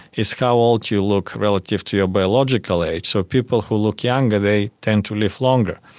is how old you look relative to your biological age. so people who look younger, they tend to live longer.